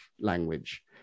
language